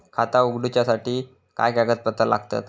खाता उगडूच्यासाठी काय कागदपत्रा लागतत?